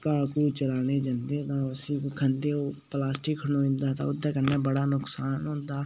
घा घू चराने गी जंदे तां उसी खंदे ओह् प्लास्टिक खाना इं'दे कन्नै बड़ा नुकसान होंदा